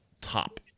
top